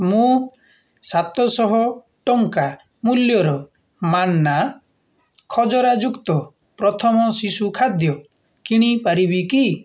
ମୁଁ ସାତଶହ ଟଙ୍କା ମୂଲ୍ୟର ମାନ୍ନା ଖଜରାଯୁକ୍ତ ପ୍ରଥମ ଶିଶୁ ଖାଦ୍ୟ କିଣି ପାରିବି କି